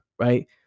right